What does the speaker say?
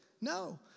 No